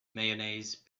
mayonnaise